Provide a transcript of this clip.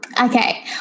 Okay